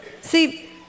See